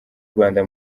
rwanda